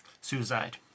Suicide